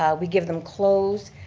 um we give them clothes.